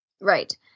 Right